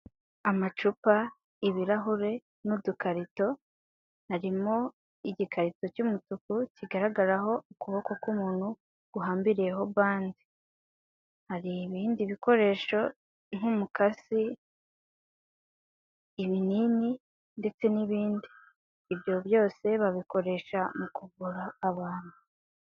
Amacupa, ibirahure n'udukarito, harimo igikarito cy'umutuku kigaragaraho ukuboko k'umuntu guhambiriyeho bande. Hari ibindi bikoresho nk'umukasi, ibinini ndetse n'ibindi. Ibyo byose babikoresha mu kuvura abantu.